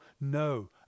no